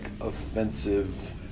offensive